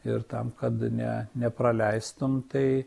ir tam kad ne nepraleistum tai